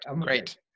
great